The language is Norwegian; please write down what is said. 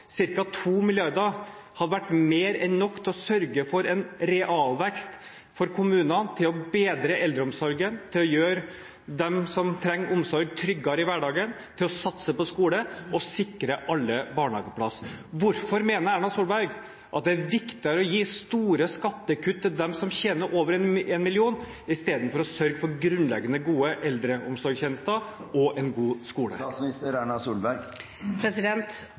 hadde vært mer enn nok til å sørge for en realvekst for kommunene til å bedre eldreomsorgen, til å gjøre dem som trenger omsorg, tryggere i hverdagen, til å satse på skole og til å sikre alle barnehageplass. Hvorfor mener Erna Solberg at det er viktigere å gi store skattekutt til dem som tjener over 1 mill. kr, istedenfor å sørge for grunnleggende gode eldreomsorgstjenester og en god